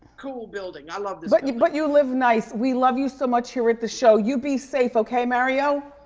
cool building. i love this like building. but you live nice. we love you so much here at the show. you be safe, okay, mario.